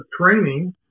training